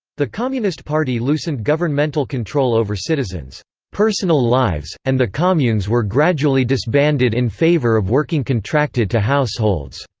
the communist party loosened governmental control over citizens' personal lives, and the communes were gradually disbanded in favor of working contracted to households.